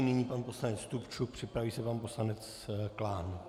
Nyní pan poslanec Stupčuk, připraví se pan poslanec Klán.